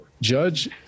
judge